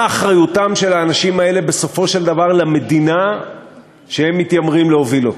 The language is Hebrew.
מה אחריותם של האנשים האלה בסופו של דבר למדינה שהם מתיימרים להוביל?